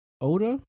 Oda